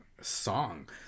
song